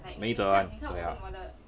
没辙 [one] so ya